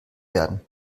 werden